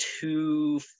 two